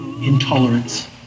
intolerance